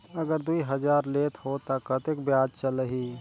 अगर दुई हजार लेत हो ता कतेक ब्याज चलही?